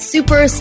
Super